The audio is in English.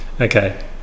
Okay